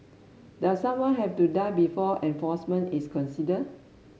does someone have to die before enforcement is considered